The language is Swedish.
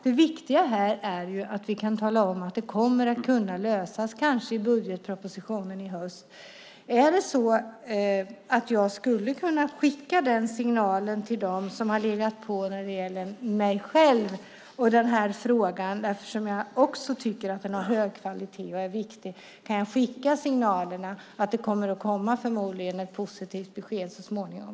Det viktiga här är att vi kan tala om att det kommer att kunna lösas, kanske i budgetpropositionen i höst. Är det så att jag skulle kunna skicka den signalen till dem som har legat på när det gäller mig själv och den här frågan, eftersom jag också tycker att skolan har hög kvalitet och är viktig? Kan jag skicka signalerna att det förmodligen kommer att komma ett positivt besked så småningom?